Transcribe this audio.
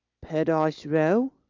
paradise row,